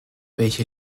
welche